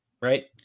Right